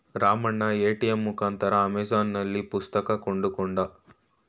Ramanna ATM ಮುಖಾಂತರ ಅಮೆಜಾನ್ನಲ್ಲಿ ಪುಸ್ತಕ ಕೊಂಡುಕೊಂಡ